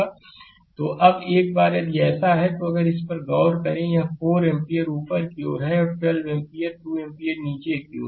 slide समय देखें 1340 तो अब एक बार यदि ऐसा है तो अगर इस पर गौर करें कि यह 4 एम्पीयर ऊपर की ओर है और 12 एम्पीयर 2 एम्पीयर नीचे की ओर है